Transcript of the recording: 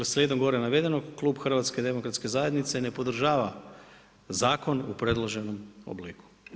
Slijedom gore navedenog, klub HDZ-a ne podržava zakon u predloženom obliku.